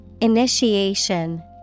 Initiation